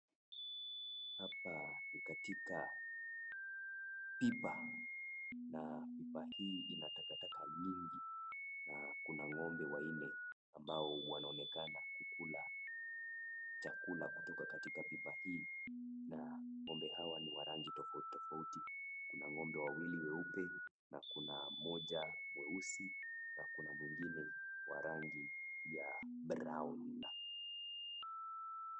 Hapa ni katika pipa na pipa hii ina takataka nyingi. Na kuna ng'ombe wanne ambao wanaonekana kukula chakula kutoka katika pipa hii. Na ng'ombe hawa ni wa rangi tofauti tofauti. Kuna ng'ombe wawili weupe na kuna moja mweusi na kuna mwingine wa rangi ya brown .